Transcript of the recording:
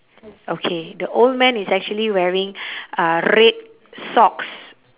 okay the old man is actually wearing uh red socks